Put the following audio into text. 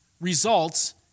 results